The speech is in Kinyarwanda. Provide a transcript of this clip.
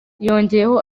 yongeyeho